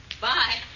Bye